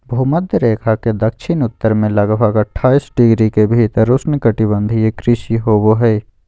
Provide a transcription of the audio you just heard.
भूमध्य रेखा के दक्षिण उत्तर में लगभग अट्ठाईस डिग्री के भीतर उष्णकटिबंधीय कृषि होबो हइ